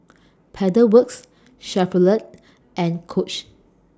Pedal Works Chevrolet and Coach